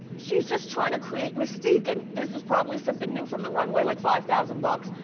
she's just trying to create mystique. and this is probably something new from the runway, like five thousand bucks.